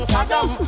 Saddam